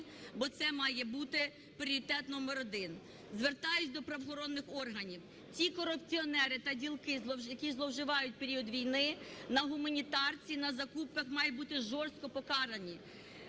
бо це має бути пріоритет номер один. Звертаюсь до правоохоронних органів. Ті корупціонери та ділки, які зловживають в період війни на гуманітарці, на закупках, мають бути жорстоко покарані.